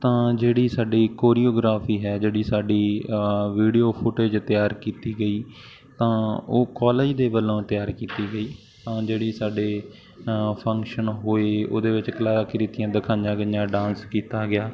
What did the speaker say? ਤਾਂ ਜਿਹੜੀ ਸਾਡੀ ਕੋਰੀਓਗ੍ਰਾਫੀ ਹੈ ਜਿਹੜੀ ਸਾਡੀ ਵੀਡੀਓ ਫੁਟੇਜ ਤਿਆਰ ਕੀਤੀ ਗਈ ਤਾਂ ਉਹ ਕਾਲਜ ਦੇ ਵੱਲੋਂ ਤਿਆਰ ਕੀਤੀ ਗਈ ਤਾਂ ਜਿਹੜੀ ਸਾਡੇ ਫੰਕਸ਼ਨ ਹੋਏ ਉਹਦੇ ਵਿੱਚ ਕਲਾਕ੍ਰਿਤੀਆਂ ਦਿਖਾਈਆਂ ਗਈਆਂ ਡਾਂਸ ਕੀਤਾ ਗਿਆ